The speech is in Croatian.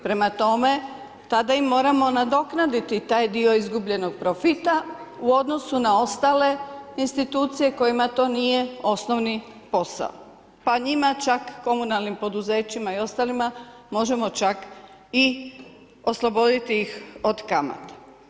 Prema tome, tada im moramo nadoknaditi taj dio izgubljenog profita u odnosu na ostale institucije kojima to nije osnovni posao, pa njima čak komunalnim poduzećima i ostalima možemo čak i osloboditi ih od kamata.